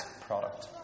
product